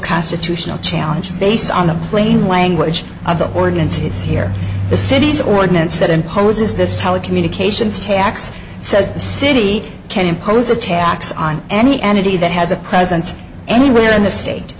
constitutional challenge based on the plain language of the ordinances here the city's ordinance that imposes this telecommunications tax says the city can impose a tax on any entity that has a presence anywhere in the state